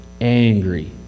angry